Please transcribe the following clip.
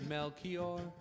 Melchior